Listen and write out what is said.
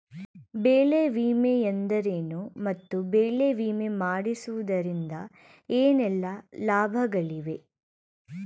ಬೆಳೆ ವಿಮೆ ಎಂದರೇನು ಮತ್ತು ಬೆಳೆ ವಿಮೆ ಮಾಡಿಸುವುದರಿಂದ ಏನೆಲ್ಲಾ ಲಾಭಗಳಿವೆ?